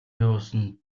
явуулсан